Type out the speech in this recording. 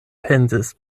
pensis